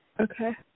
Okay